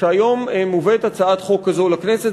שהיום מובאת הצעת חוק כזו לכנסת.